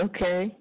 Okay